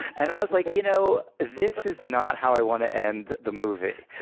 and i was like, you know, this is not how i want to end the movie.